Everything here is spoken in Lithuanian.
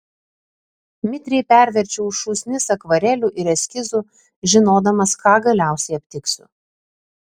mitriai perverčiau šūsnis akvarelių ir eskizų žinodamas ką galiausiai aptiksiu